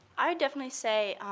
i definitely say,